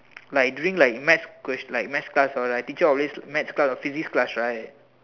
like during like math question like math class all or teacher will always math class or physics class right